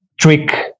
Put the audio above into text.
trick